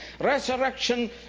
resurrection